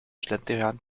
schlendrian